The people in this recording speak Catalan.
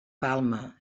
palma